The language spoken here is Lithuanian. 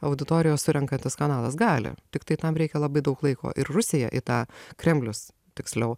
auditorijos surenkantis kanalas gali tiktai tam reikia labai daug laiko ir rusija į tą kremlius tiksliau